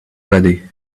ready